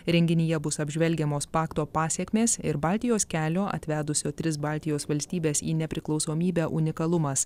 renginyje bus apžvelgiamos pakto pasekmės ir baltijos kelio atvedusio tris baltijos valstybes į nepriklausomybę unikalumas